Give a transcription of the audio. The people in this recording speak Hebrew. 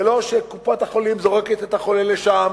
זה לא שקופת-החולים זורקת את החולה לשם